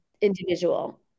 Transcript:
individual